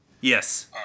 Yes